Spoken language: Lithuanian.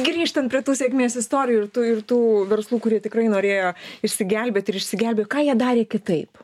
grįžtant prie tų sėkmės istorijų ir tų ir tų verslų kurie tikrai norėjo išsigelbėti ir išsigelbi ką jie darė kitaip